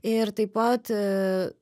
ir taip pat